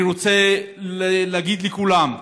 אני רוצה להגיד לכולם: